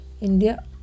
India